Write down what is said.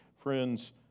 friends